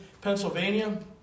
Pennsylvania